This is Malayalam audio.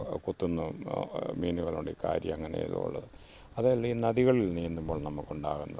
കൊത്തുന്ന മീനുകളുണ്ടെങ്കിൽ കാരി അങ്ങനേലുള്ളത് അതല്ലെങ്കിൽ നദികളിൽ നീന്തുമ്പോൾ നമുക്ക് ഉണ്ടാകുന്നത്